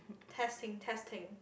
testing testing